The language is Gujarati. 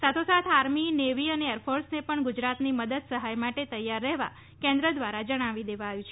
સાથોસાથ આર્મી નેવી અને એરફોર્સને પણ ગુજરાતની મદદ સહાય માટે તૈયાર રહેવા કેન્દ્ર દ્વારા જણાવી દેવાયું છે